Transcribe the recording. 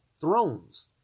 thrones